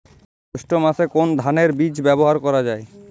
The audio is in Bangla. জৈষ্ঠ্য মাসে কোন ধানের বীজ ব্যবহার করা যায়?